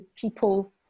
people